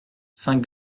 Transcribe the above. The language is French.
saint